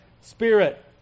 spirit